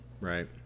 right